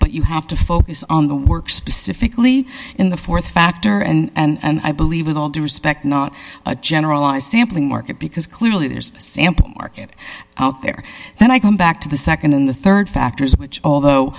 but you have to focus on the work specifically in the th factor and i believe with all due respect not a generalized sampling market because clearly there's sample market out there then i come back to the nd in the rd factors which although